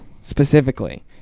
specifically